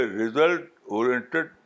result-oriented